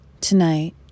tonight